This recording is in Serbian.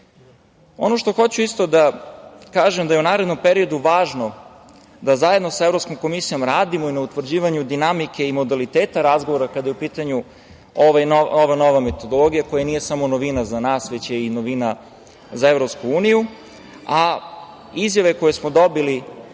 što hoću isto da kažem da je u narednom periodu važno da zajedno sa Evropskom komisijom radimo i na utvrđivanju dinamike i modaliteta razgovora kada je upitanju ova nova metodologija koja nije samo novina za nas, već je i novina za EU, a izjave koje smo dobili